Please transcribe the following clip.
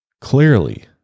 clearly